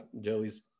Joey's